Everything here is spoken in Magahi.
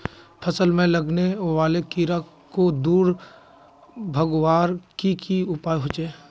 फसल में लगने वाले कीड़ा क दूर भगवार की की उपाय होचे?